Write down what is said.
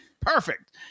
perfect